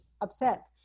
upset